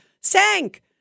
sank